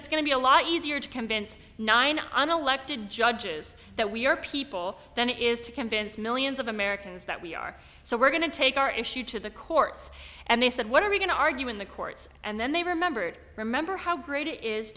it's going to be a lot easier to convince nine unelected judges that we are people than it is to convince millions of americans that we are so we're going to take our issue to the courts and they said what are we going to argue in the courts and then they remembered remember how great it is